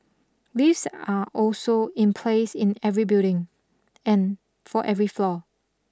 lifts are also in place in every building and for every floor